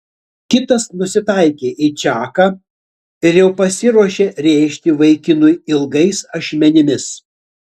kitas nusitaikė į čaką ir jau pasiruošė rėžti vaikinui ilgais ašmenimis